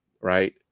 right